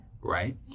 right